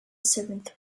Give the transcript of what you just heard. seventh